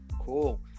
Cool